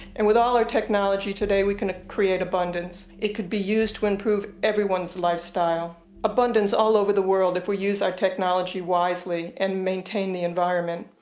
and with all our technology today we can create abundance. it could be used to improve everyone's livestyle. abundance all over the world if we use our technology wisely and maintain the environment.